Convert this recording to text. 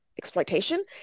exploitation